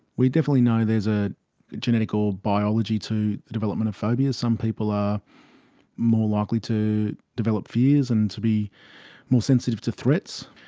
we definitely know there's a genetic or biology to the development of phobias. some people are more likely to develop fears and to be more sensitive to threats.